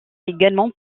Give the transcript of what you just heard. également